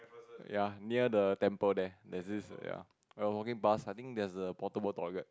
ya near the temple there there's this ya I was walking past I think there's a portable toilet